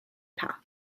path